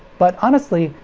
but honestly,